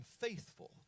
faithful